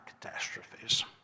catastrophes